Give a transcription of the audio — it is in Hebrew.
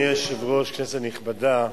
אדוני היושב-ראש, כנסת נכבדה,